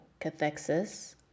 cathexis